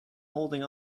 holding